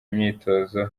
imyitozo